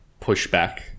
pushback